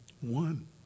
One